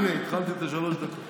הינה, התחלתי את שלוש הדקות.